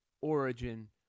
origin